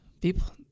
people